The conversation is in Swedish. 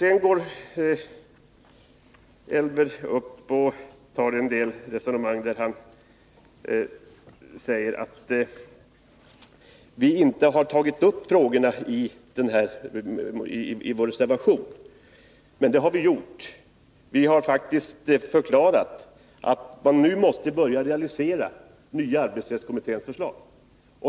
Elver Jonsson hävdar att vi i vår reservation inte har tagit upp de berörda frågorna, men det har vi faktiskt gjort. Vi har förklarat att det nu gäller att realisera den nya arbetsrättskommitténs förslag.